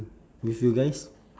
with you guys